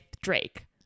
drake